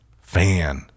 fan